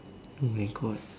oh my God